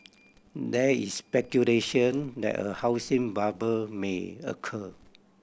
there is speculation that a housing bubble may occur